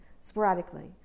sporadically